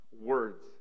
words